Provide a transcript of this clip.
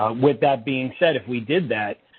ah with that being said, if we did that,